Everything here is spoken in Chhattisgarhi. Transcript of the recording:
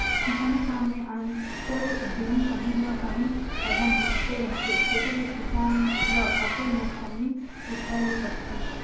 किसानी काम में आंतर दिने काहीं न काहीं अलहन होते रहथे तेकर ले किसान ल अब्बड़ नोसकानी उठाए ले परथे